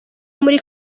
muri